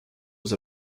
was